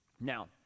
Now